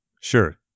Sure